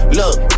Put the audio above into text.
look